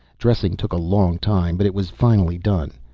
dressing took a long time, but it was finally done.